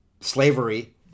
slavery